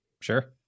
Sure